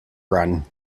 run